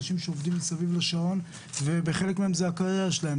אנשים שעובדים מסביב לשעון ובחלק זה הקריירה שלהם,